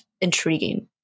intriguing